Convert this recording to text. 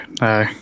No